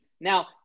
now